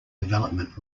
development